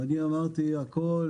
ואני אמרתי: הכול,